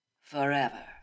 Forever